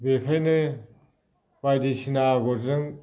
बेनिखायनो बायदिसिना आगरजों